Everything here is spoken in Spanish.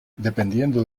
dependiendo